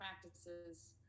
practices